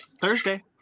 Thursday